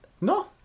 No